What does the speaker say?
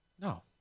No